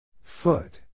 Foot